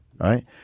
Right